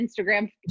Instagram